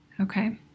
Okay